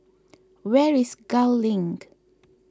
where is Gul Link